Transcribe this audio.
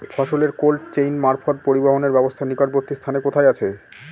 ফসলের cold chain মারফত পরিবহনের ব্যাবস্থা নিকটবর্তী স্থানে কোথায় আছে?